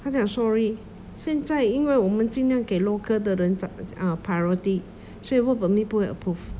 他讲 sorry 现在因为我们尽量给 local 的人 uh priority 所以 work permit 不可以 approve